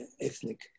ethnic